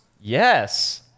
Yes